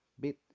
bit